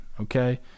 okay